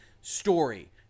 story